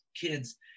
kids